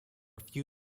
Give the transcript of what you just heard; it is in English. few